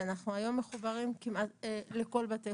שהיום אנחנו מחוברים כמעט לכל בתי